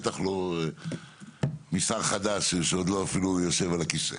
בטח לא משר חדש שאפילו עוד לא יושב על הכסא.